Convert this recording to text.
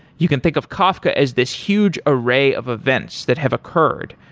you can think of kafka as this huge array of events that have occurred,